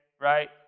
Right